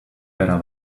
better